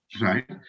right